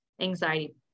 anxiety